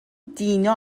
دینا